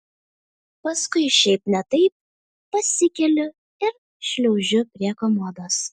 paskui šiaip ne taip pasikeliu ir šliaužiu prie komodos